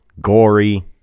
gory